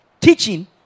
teaching